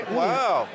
wow